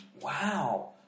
Wow